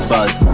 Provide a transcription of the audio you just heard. Buzz